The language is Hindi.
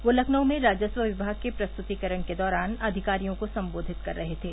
वह लखनऊ में राजस्व विभाग के प्रस्तुतीकरण के दौरान अधिकारियों को सम्बोधित कर रहे थे